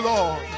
Lord